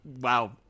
wow